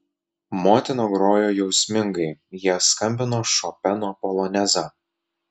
motina grojo jausmingai jie skambino šopeno polonezą